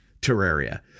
Terraria